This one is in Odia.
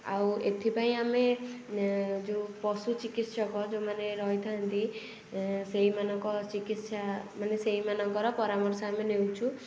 ଆଉ ଏଥିପାଇଁ ଆମେ ଯେଉଁ ପଶୁ ଚିକିତ୍ସକ ଯେଉଁମାନେ ରହିଥାନ୍ତି ସେଇମାନଙ୍କ ଚିକିତ୍ସା ମାନେ ସେଇମାନଙ୍କର ପରାମର୍ଶ ଆମେ ନେଉଛୁ